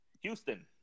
Houston